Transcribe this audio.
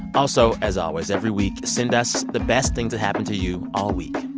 also, as always, every week, send us the best thing to happen to you all week.